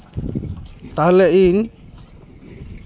ᱛᱟᱦᱞᱮ ᱤᱧ